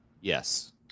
Yes